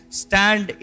stand